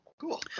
Cool